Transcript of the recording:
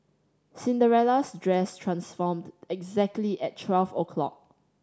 Cinderella's dress transformed exactly at twelve o'clock